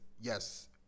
yes